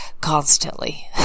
constantly